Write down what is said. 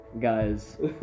guys